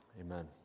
Amen